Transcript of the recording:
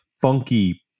Funky